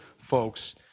folks